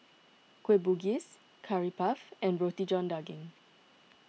Kueh Bugis Curry Puff and Roti John Daging